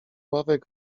ławek